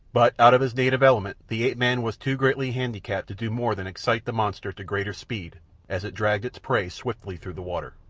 but out of his native element the ape-man was too greatly handicapped to do more than excite the monster to greater speed as it dragged its prey swiftly through the water.